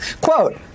Quote